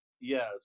yes